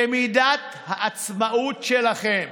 במידת העצמאות שלכם,